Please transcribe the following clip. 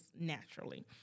naturally